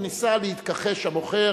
וניסה להתכחש המוכר